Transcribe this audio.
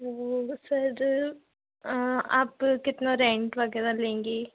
तो सर आप कितना रैंट वगैरह लेंगे